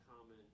common